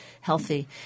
healthy